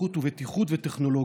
איכות ובטיחות וטכנולוגיות.